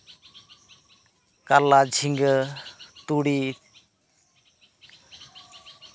ᱠᱟᱨᱞᱟ ᱡᱷᱤᱝᱜᱟᱹ ᱛᱩᱲᱤ